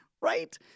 Right